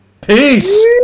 Peace